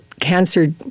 cancer